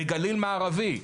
בגליל המערבי,